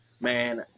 man